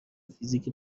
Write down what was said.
فیزیک